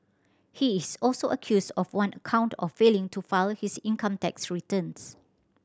he is also accused of one account of failing to file his income tax returns